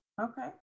okay